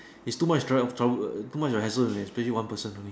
its too much tro~ trouble err too much of a hassle man especially one person only